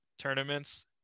tournaments